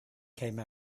came